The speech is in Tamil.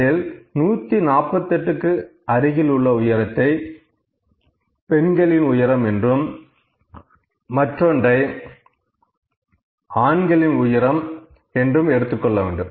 அதில் 148 க்கு அருகில் உள்ள உயரத்தை பெண்களின் உயரம் என்றும் மற்றொன்றை ஆண்களின் உயரம் என்றும் எடுத்துக் கொள்ள வேண்டும்